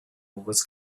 was